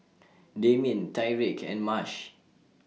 Damien Tyrique and Marsh